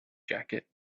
jacket